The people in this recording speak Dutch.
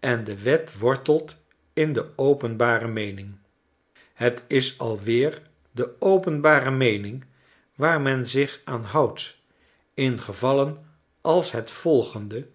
en de wet wortelt in de openbare meening het is alweer de openbare meening waar men zich aan houdt in gevallen als het volgende